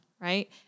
right